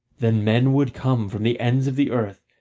then men would come from the ends of the earth,